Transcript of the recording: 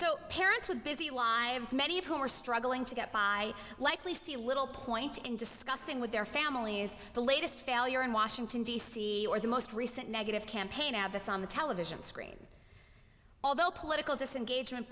so parents with busy lives many of whom are struggling to get by likely see little point in discussing with their families the latest failure in washington d c or the most recent negative campaign ad that's on the television screen although political disengagement